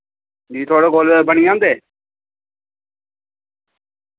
जी थोआड़े कोल बनी जन्दे